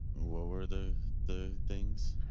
what were the the things?